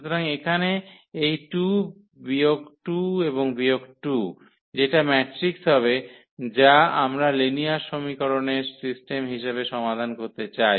সুতরাং এখানে এই 2 বিয়োগ 2 এবং বিয়োগ 2 যেটা ম্যাট্রিক্স হবে যা আমরা লিনিয়ার সমীকরণের সিস্টেম হিসাবে সমাধান করতে চাই